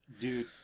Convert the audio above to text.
Dude